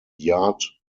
yard